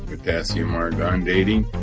potassium-argon dating.